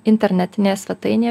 internetinėje svetainėje